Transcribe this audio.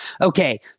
okay